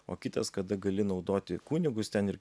o kitas kada gali naudoti kunigus ten ir